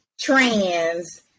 trans